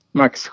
max